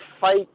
fight